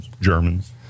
Germans